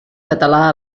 català